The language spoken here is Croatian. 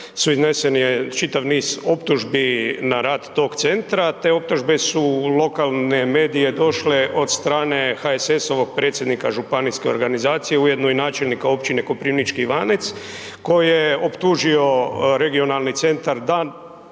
izneseni čitav niz optužbi na rad tog centra, te optužbe su u lokalne medije došle od strane HSS-ovog predsjednika županijske organizacije, ujedno i načelnika općine Koprivnički Ivanec koji je optužio regionalni centar da